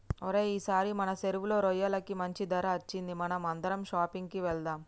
ఓరై ఈసారి మన సెరువులో రొయ్యలకి మంచి ధర అచ్చింది మనం అందరం షాపింగ్ కి వెళ్దాం